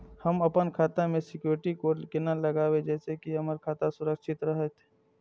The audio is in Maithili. हम अपन खाता में सिक्युरिटी कोड केना लगाव जैसे के हमर खाता सुरक्षित रहैत?